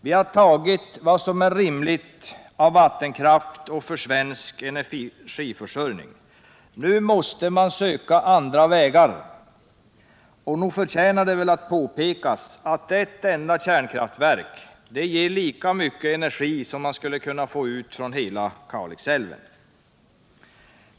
Vi har tagit — riksplaneringen för vad som är rimligt av vattenkraft. För svensk energiförsörjning måste vattendrag i norra man nu söka sig andra vägar, och nog förtjänar det väl att påpekas att — Svealand och ett enda kärnkraftverk ger lika mycket energi som man skulle kunna Norrland få ut från hela Kalixälven.